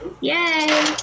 Yay